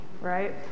right